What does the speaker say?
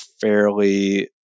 fairly